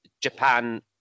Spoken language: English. Japan